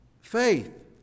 Faith